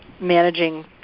managing